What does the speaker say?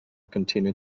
continued